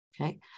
okay